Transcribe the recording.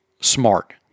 smart